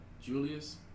Julius